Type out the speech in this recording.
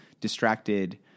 distracted